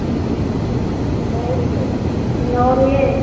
तो यह और यह